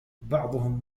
بعضهم